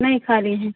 नहीं खाली हैं